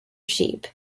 sheep